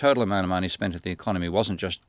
total amount of money spent at the economy wasn't just